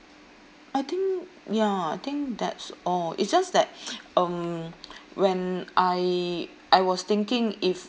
I think ya I think that's all it's just that um when I I was thinking if